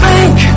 Bank